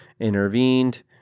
intervened